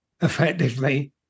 effectively